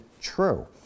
true